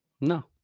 No